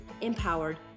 Empowered